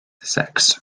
sex